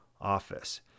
office